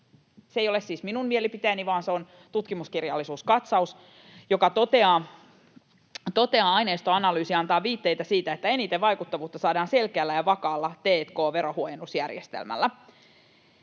Se ei ole siis minun mielipiteeni, vaan se on tutkimuskirjallisuuskatsauksesta, joka toteaa: ”Aineistoanalyysi antaa viitteitä siitä, että eniten vaikuttavuutta saadaan selkeällä ja vakaalla t&k-verohuojennusjärjestelmällä.